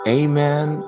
amen